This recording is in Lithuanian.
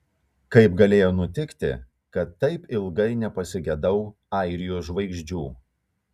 kaip galėjo nutikti kad taip ilgai nepasigedau airijos žvaigždžių